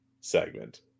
segment